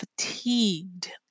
fatigued